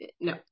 No